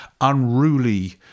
unruly